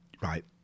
right